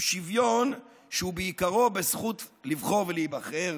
שוויון שהוא בעיקרו בזכות לבחור ולהיבחר,